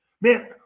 Man